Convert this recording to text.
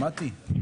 שמונה.